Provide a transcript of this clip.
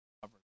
cover